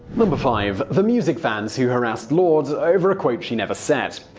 five. the music fans who harassed lorde, over a quote she never said.